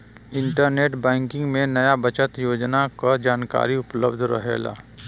internet banking में नया बचत योजना क जानकारी उपलब्ध रहेला